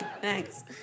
thanks